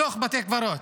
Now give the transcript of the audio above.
בתוך בתי קברות.